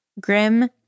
Grim